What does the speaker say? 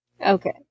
Okay